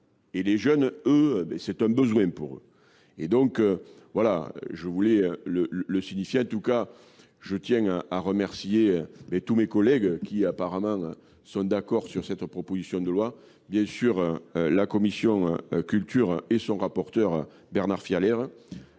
Et les jeunes, eux, c'est un besoin pour eux. Et donc, voilà, je voulais le signifier. En tout cas, je tiens à remercier tous mes collègues qui apparemment sont d'accord sur cette proposition de loi. Bien sûr, la Commission culture et son rapporteur Bernard Fialer.